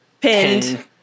pinned